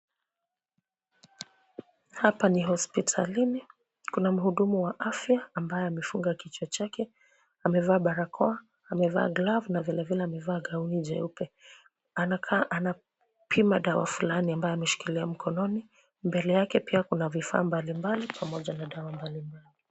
Hapa ni hospitalini. Kuna mhudumu wa afya ambaye amefunga kichwa chake. Amevaa barakoa, amevaa glavu na vilevile amevaa gauni jeupe. Anakaa anapima dawa fulani ambayo anaishikilia mkononi, mbele yake kuna vifaa mbalimbali pamoja na dawa mbalimbali.